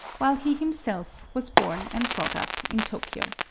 while he himself was born and brought up in tokyo.